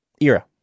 era